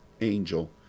angel